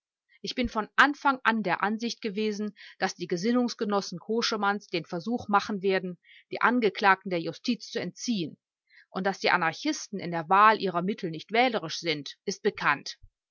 ich bin von anfang an der ansicht gewesen daß die gesinnungsgenossen koschemanns den versuch machen werden die angeklagten der justiz zu entziehen und daß die anarchisten in der wahl ihrer mittel nicht wählerisch sind ist bekannt